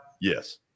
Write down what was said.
Yes